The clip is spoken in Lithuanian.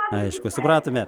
aišku supratome